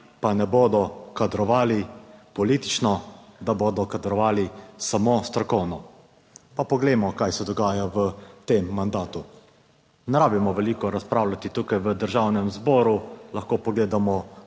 pa ne bodo kadrovali politično, da bodo kadrovali samo strokovno. Pa poglejmo kaj se dogaja v tem mandatu. Ne rabimo veliko razpravljati tukaj v Državnem zboru. Lahko pogledamo